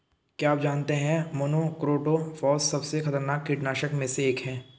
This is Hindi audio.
क्या आप जानते है मोनोक्रोटोफॉस सबसे खतरनाक कीटनाशक में से एक है?